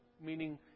meaning